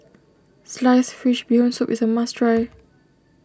Sliced Fish Bee Hoon Soup is a must try